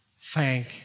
thank